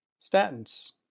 statins